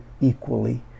equally